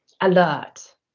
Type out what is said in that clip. alert